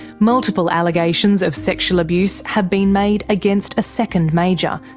multiple allegations of sexual abuse have been made against a second major,